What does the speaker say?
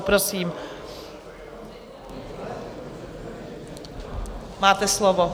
Prosím, máte slovo.